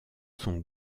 son